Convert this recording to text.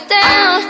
down